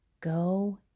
Go